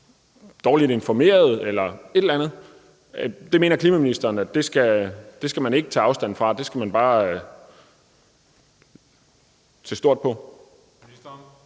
dårligt informeret, eller et eller andet. Det mener klimaministeren ikke at man skal tage afstand fra, det skal man bare se stort på?